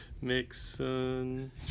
Mixon